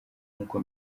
nk’uko